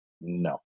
no